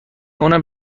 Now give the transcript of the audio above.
اونم